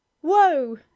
Whoa